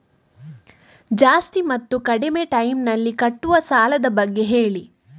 ಜಾಸ್ತಿ ಮತ್ತು ಕಡಿಮೆ ಟೈಮ್ ನಲ್ಲಿ ಕಟ್ಟುವ ಸಾಲದ ಬಗ್ಗೆ ಹೇಳಿ